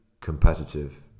competitive